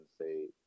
say